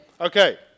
Okay